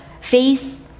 faith